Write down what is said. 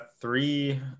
three